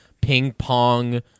ping-pong